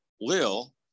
Lil